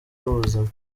n’ubuzima